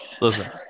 Listen